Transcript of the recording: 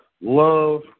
love